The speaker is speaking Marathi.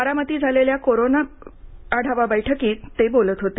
बारामतीमध्ये झालेल्या कोरोना आढावा बैठकीत ते बोलत होते